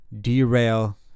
derail